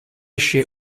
esce